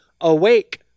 Awake